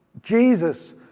Jesus